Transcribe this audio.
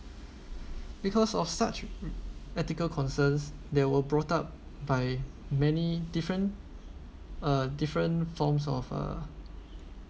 because of such ethical concerns there were brought up by many different uh different forms of uh